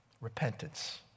repentance